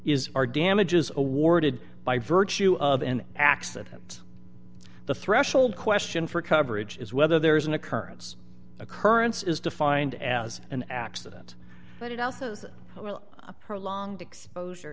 is our damages awarded by virtue of an accident the threshold question for coverage is whether there is an occurrence occurrence is defined as an accident but it also has a prolonged exposure